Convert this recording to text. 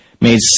made